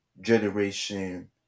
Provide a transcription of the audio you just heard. generation